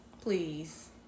Please